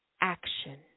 Action